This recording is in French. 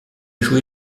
joué